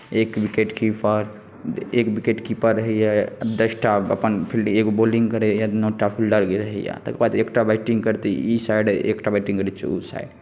एक विकेटकीपर रहैए दसटा अपन फील्डिंग एकटा बॉलिंग करैए नओटा फिल्डर रहैए तकर बाद एकटा बैटिंग करतै ई साइड आ एकटा बैटिंग करैत छै ओ साइड